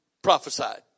Prophesied